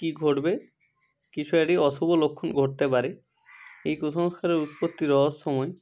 কী ঘটবে কিছু এটি অশুভ লক্ষণ ঘটতে পারে এই কুসংস্কারের উৎপত্তি রহস্যময়